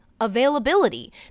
availability